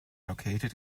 located